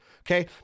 Okay